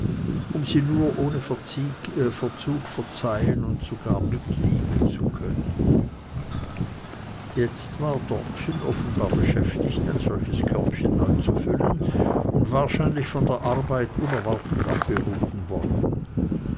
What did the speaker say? um sie nur ohne verzug verzeihen und sogar mitlieben zu können jetzt war dortchen offenbar beschäftigt ein solches körbchen neu zu füllen und wahrscheinlich von der arbeit unerwartet abgerufen worden